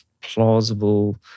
plausible